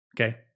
Okay